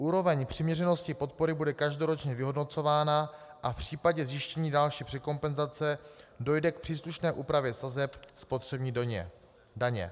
Úroveň přiměřenosti podpory bude každoročně vyhodnocována a v případě zjištění další překompenzace dojde k příslušné úpravě sazeb spotřební daně.